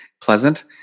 pleasant